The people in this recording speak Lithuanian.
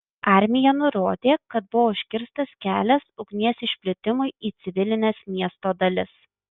armija nurodė kad buvo užkirstas kelias ugnies išplitimui į civilines miesto dalis